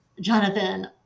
Jonathan